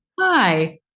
Hi